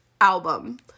album